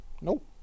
nope